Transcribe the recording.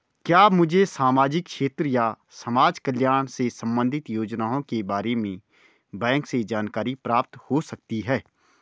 क्या मुझे सामाजिक क्षेत्र या समाजकल्याण से संबंधित योजनाओं के बारे में बैंक से जानकारी प्राप्त हो सकती है?